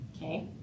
Okay